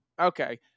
Okay